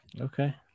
okay